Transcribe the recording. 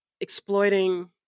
exploiting